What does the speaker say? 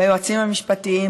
ביועצים המשפטיים,